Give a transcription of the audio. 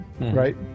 right